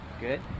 good